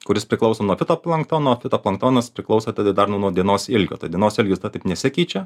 kuris priklauso nuo fitoplanktono fitoplanktonas priklauso tada dar nuo nuo dienos ilgio tai dienos ilgis tada taip nesikeičia